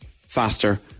faster